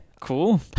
Cool